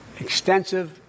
extensive